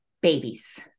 babies